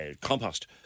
compost